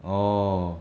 orh